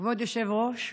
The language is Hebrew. כבוד היושב-ראש,